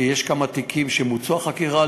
כי יש כמה תיקים שמוצתה בהם החקירה,